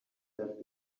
that